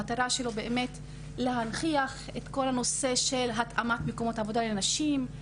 המטרה שלו היא באמת להנכיח את כל הנושא של התאמת מקומות עבודה לנשים,